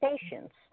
patients